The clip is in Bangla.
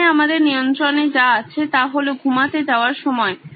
এখানে আমাদের নিয়ন্ত্রণে যা আছে তা হল ঘুমাতে যাওয়ার সময়